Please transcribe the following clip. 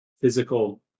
physical